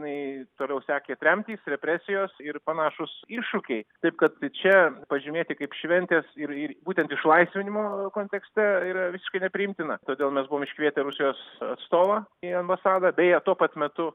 jinai toliau sekė tremtys represijos ir panašūs iššūkiai taip kad čia pažymėti kaip šventės ir ir būtent išlaisvinimo kontekste yra visiškai nepriimtina todėl mes buvom iškvietę rusijos atstovą į ambasadą beje tuo pat metu